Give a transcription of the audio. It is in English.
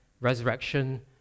resurrection